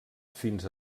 fins